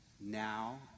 now